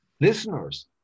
listeners